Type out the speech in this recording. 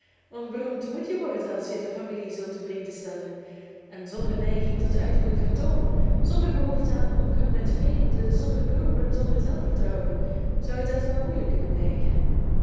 want beroemd moet je worden als je de familie zult tevredenstellen en zonder neiging tot uiterlijk vertoon zonder behoefte aan omgang met vreemden zonder beroep en zonder zelfvertrouwen zou je dat wel moeilijk kunnen blijken